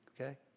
Okay